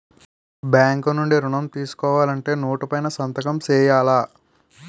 bank నుండి ఋణం తీసుకోవాలంటే నోటు పైన సంతకం సేయాల